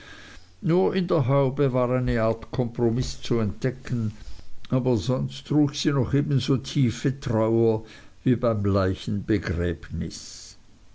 nur in der haube war eine art kompromiß zu entdecken aber sonst trug sie noch ebenso tiefe trauer wie beim